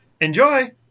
enjoy